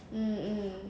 mm mm